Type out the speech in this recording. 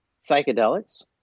psychedelics